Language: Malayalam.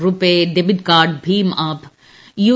റുപേ ഡെബിറ്റ് കാർഡ് ഭീം ആപ്പ് യു